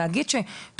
אני רוצה להגיד שההזנה